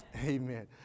Amen